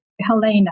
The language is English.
Helena